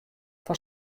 fan